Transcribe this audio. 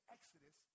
Exodus